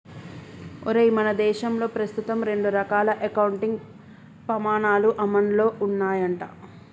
ఒరేయ్ మన భారతదేశంలో ప్రస్తుతం రెండు రకాల అకౌంటింగ్ పమాణాలు అమల్లో ఉన్నాయంట